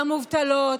המובטלות,